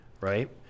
right